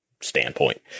standpoint